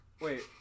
Wait